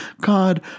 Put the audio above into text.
God